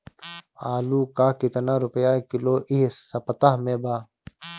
आलू का कितना रुपया किलो इह सपतह में बा?